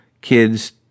kids